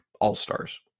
All-Stars